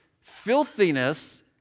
filthiness